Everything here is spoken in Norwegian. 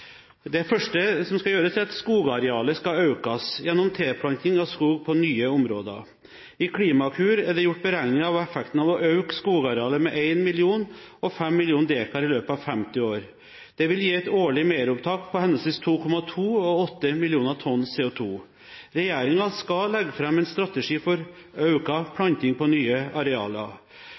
Det første som skal gjøres, er at skogarealet skal økes gjennom tilplanting av skog på nye områder. I Klimakur er det gjort beregninger av effekten av å øke skogarealet med 1 million og 5 millioner dekar i løpet av 50 år. Det vil gi et årlig meropptak på henholdsvis 2,2 og 8 millioner tonn CO2. Regjeringen skal legge fram en strategi for økt planting på nye arealer.